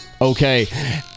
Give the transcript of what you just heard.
Okay